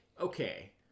okay